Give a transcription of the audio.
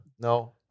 No